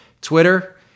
Twitter